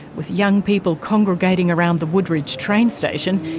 with young people congregating around the woodridge train station,